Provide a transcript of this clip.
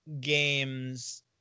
games